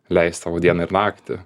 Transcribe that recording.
leist savo dieną ir naktį